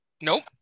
Nope